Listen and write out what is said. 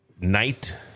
night